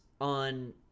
on